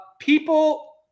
people